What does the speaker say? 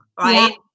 right